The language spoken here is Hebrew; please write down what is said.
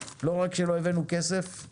לא רק שלא הבאנו כסף,